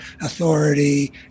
authority